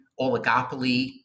oligopoly